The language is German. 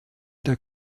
der